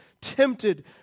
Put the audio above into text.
tempted